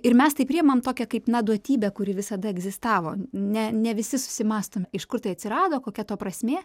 ir mes tai priimam tokią kaip na duotybę kuri visada egzistavo ne ne visi susimąstome iš kur tai atsirado kokia to prasmė